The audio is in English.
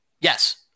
Yes